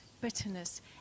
bitterness